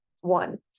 one